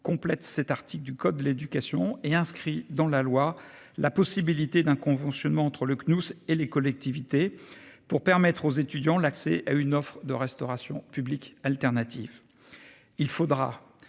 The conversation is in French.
complète cet article du code de l'éducation est inscrit dans la loi la possibilité d'un conventionnement entre le que nous et les collectivités pour permettre aux étudiants l'accès à une offre de restauration publique alternatif. Il faudra